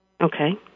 Okay